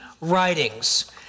writings